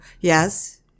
Yes